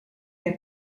der